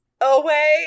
away